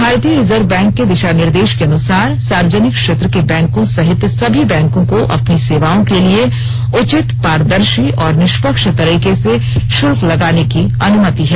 भारतीय reserve bank के दिशा निर्देश के अनुसार सार्वजनिक क्षेत्र के बैंकों सहित सभी बैंकों को अपनी सेवाओं के लिए उचित पारदर्शी और निष्पक्ष तर्रीके से शुल्क लगाने की अनुमति है